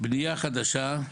בנייה חדשה,